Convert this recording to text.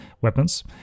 weapons